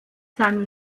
seinem